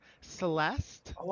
Celeste